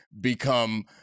become